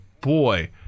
boy